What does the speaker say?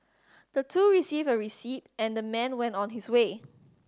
the two received a receipt and the man went on his way